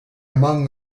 among